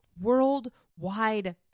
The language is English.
worldwide